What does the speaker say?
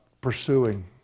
pursuing